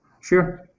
Sure